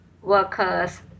workers